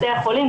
בתי החולים,